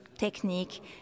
Technique